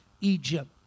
egypt